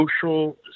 social